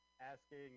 asking